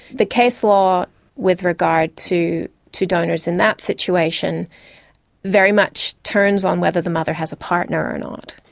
the case law with regard to to donors in that situation very much turns on whether the mother has a partner or not.